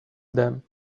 them